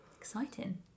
Exciting